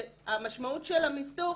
המשמעות של המיסוך,